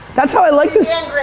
that's how i like susanne grant.